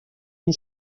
این